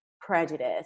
prejudice